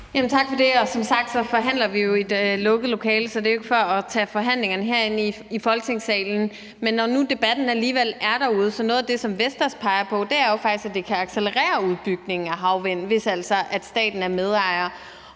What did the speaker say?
Tak for det. Som sagt forhandler vi jo i et lukket lokale, så det er ikke for at tage forhandlingerne herind i Folketingssalen. Men når nu debatten alligevel er derude, vil jeg sige, at noget af det, som Vestas peger på, er, at det jo faktisk kan accelerere udbygningen af havvind, hvis altså staten er medejer.